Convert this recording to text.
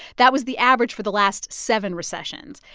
that was the average for the last seven recessions.